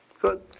Good